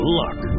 luck